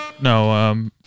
No